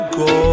go